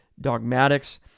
Dogmatics